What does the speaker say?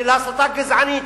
של הסתה גזענית,